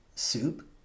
soup